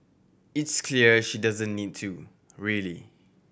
it's clear she doesn't need to really